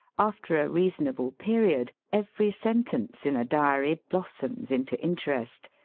after a reasonable period every sentence in a diary blossoms into interest,